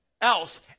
else